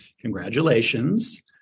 Congratulations